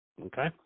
okay